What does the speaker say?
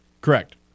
Correct